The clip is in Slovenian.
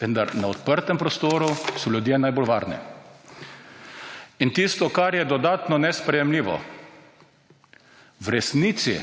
vendar na odprtem prostoru so ljudje najbolj varni. Tisto, kar je dodatno nesprejemljivo v resnici